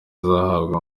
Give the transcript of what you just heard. izahabwa